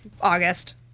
August